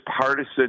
partisan